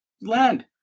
land